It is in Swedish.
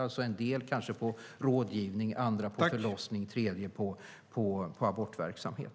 En del är kanske specialiserade på rådgivning, andra på förlossning eller på abortverksamhet.